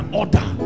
order